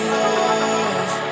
love